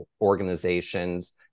organizations